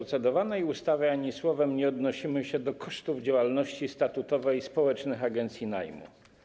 W procedowanej ustawie ani słowem nie odnosimy się do kosztów działalności statutowej społecznych agencji najmu.